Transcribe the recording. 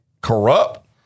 corrupt